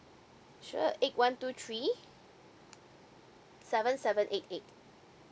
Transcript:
sure eight one two three seven seven eight eight